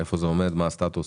איפה זה עומד, מה הסטטוס?